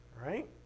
right